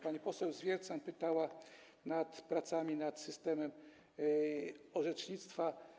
Pani poseł Zwiercan pytała o prace nad systemem orzecznictwa.